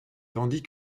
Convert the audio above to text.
tandis